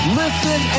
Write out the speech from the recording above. listen